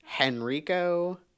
Henrico